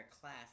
class